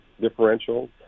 differential